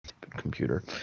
computer